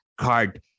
card